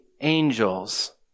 angels